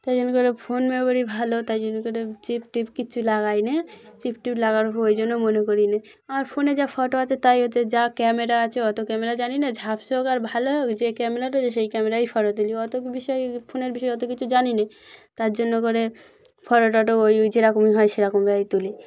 তাই জন্য করে ফোন মেমোরি ভালো তাই জন্য করে চিপ টিপ কিছু লাগাই না চিপ টিপ লাগার ওই জন্যও মনে করি না আর ফোনে যা ফোটো আছে তাই হচ্ছে যা ক্যামেরা আছে অত ক্যামেরা জানি না ঝাপসা হোক আর ভালো হোক যে ক্যামেরাটা হছে সেই ক্যামেরাই ফটো তুলি অত বিষয়ে ফোনের বিষয়ে অত কিছু জানি না তার জন্য করে ফটো টটো ওইই যেরকমই হয় সেরকমেরাই তুলি